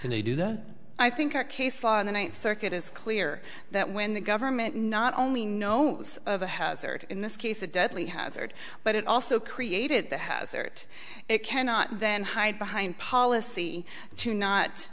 and they do that i think our case on the ninth circuit is clear that when the government not only know the hazard in this case the deadly hazard but it also created the hazard it cannot then hide behind policy to not